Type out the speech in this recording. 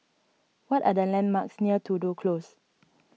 what are the landmarks near Tudor Close